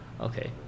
Okay